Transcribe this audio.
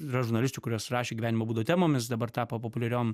yra žurnalisčių kurios rašė gyvenimo būdo temomis dabar tapo populiariom